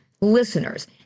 listeners